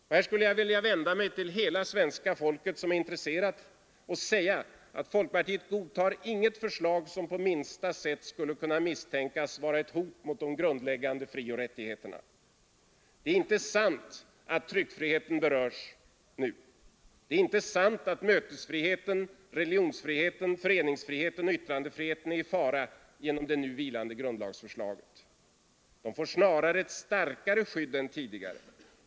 Och här skulle jag vilja vända mig till hela svenska folket som är intresserat och säga att folkpartiet godtar inget förslag som på minsta sätt skulle kunna misstänkas vara ett hot mot de grundläggande frioch rättigheterna. Det är inte sant att tryckfriheten berörs. Det är inte sant att mötesfriheten, religionsfriheten, föreningsfriheten och yttrandefriheten är i fara genom det nu vilande grundlagsförslaget. De får snarare ett starkare skydd än tidigare.